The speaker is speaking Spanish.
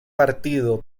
partido